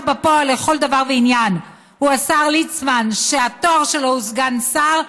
בפועל לכל דבר ועניין הוא השר ליצמן שהתואר שלו הוא סגן שר,